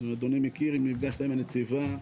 אדוני מכיר אם נפגשת עם הנציבה.